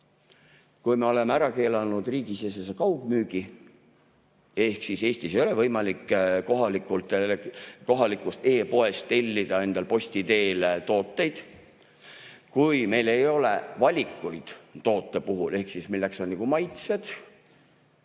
Kui me oleme ära keelanud riigisisese kaugmüügi ehk Eestis ei ole võimalik kohalikust e-poest tellida endale posti teel tooteid, kui meil ei ole valikuid toote puhul, milleks on maitsed,